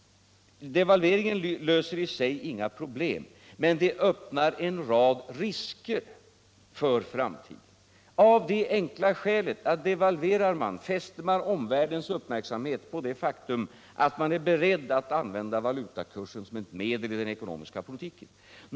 Devalveringen öppnar en rad risker för framtiden, av det enkla skälet att om man devalverar fäster man omvärldens uppmärksamhet på det faktum att man är beredd att använda valutakursen som ett medel i den ekonomiska politiken.